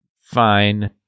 fine